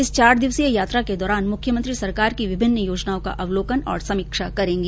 इस चार दिवसीय यात्रा के दौरान मुख्यमंत्री सरकार की विभिन्न योजनाओं का अवलोकन और समीक्षा करेगी